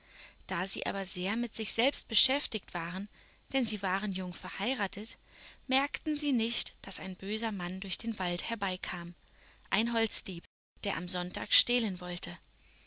da sie aber sehr mit sich selbst beschäftigt waren denn sie waren jung verheiratet merkten sie nicht daß ein böser mann durch den wald herbeikam ein holzdieb der am sonntag stehlen wollte